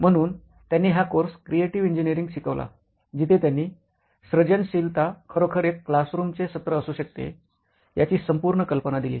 म्हणून त्यांनी हा कोर्स क्रिएटिव्ह इंजिनिअरिंग शिकवला जिथे त्यांनी सृजनशीलता खरोखर एक क्लासरूमचे सत्र असू शकते याची संपूर्ण कल्पना दिली